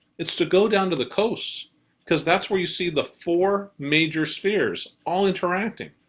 it's to go down to the coast because that's where you see the four major spheres all interacting.